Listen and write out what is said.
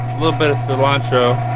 little bit of cilantro.